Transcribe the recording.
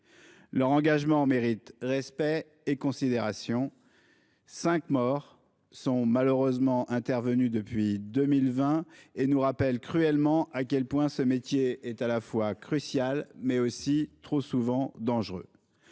Leur engagement mérite respect et considération. Cinq accidents mortels ont malheureusement eu lieu depuis 2020, ce qui nous rappelle cruellement à quel point ce métier est à la fois crucial et trop souvent dangereux.